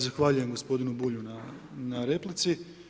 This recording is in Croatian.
Zahvaljujem gospodinu Bulju na replici.